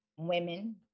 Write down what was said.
Women